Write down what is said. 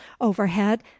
overhead